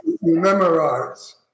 Memorize